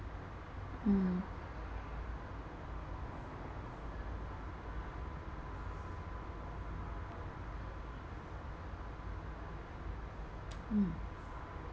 mm mm